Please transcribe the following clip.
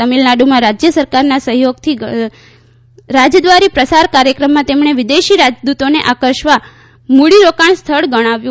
તમિલનાડુમાં રાજ્ય સરકારના સહયોગથી રાજદ્વારી પ્રસાર કાર્યક્રમમાં તેમણે વિદેશી રાજદ્દતોને આકર્ષક મૂડીરોકાણ સ્થળ ગણાવ્યું